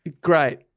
Great